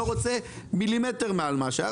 לא רוצה מילימטר מעל מה שהיה,